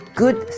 good